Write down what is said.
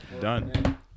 Done